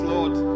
Lord